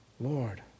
Lord